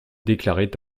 déclarait